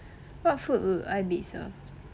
what food would I be served